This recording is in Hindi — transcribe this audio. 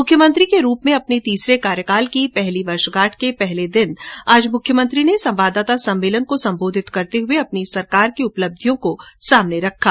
मुख्यमंत्री के रूप में अपने तीसरे कार्यकाल की पहली वर्षगांठ से एक दिन पहले आज मुख्यमंत्री ने संवाददाता सम्मेलन को संबोधित करते हुए अपनी सरकार की उपलब्धियों को रखा